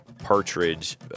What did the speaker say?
partridge